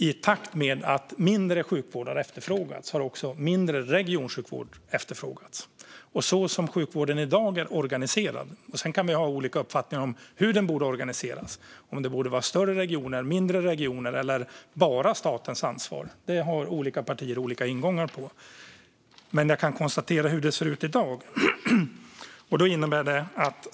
I takt med att mindre sjukvård har efterfrågats har också mindre regionsjukvård efterfrågats. Det handlar om hur sjukvården i dag är organiserad. Vi kan ha olika uppfattning om hur sjukvården borde organiseras, om det ska vara större regioner, mindre regioner eller bara statens ansvar. Där har olika partier olika ingångar. Jag kan konstatera hur det ser ut i dag.